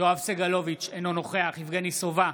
יואב סגלוביץ' אינו נוכח יבגני סובה,